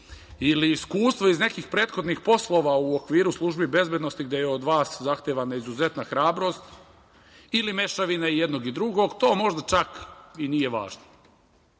ili iskustvo iz nekih prethodnih poslova u okviru službi bezbednosti gde je od vas zahtevana izuzetna hrabrost ili mešavina jednog i drugog. To možda čak i nije važno.